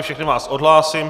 Všechny vás odhlásím.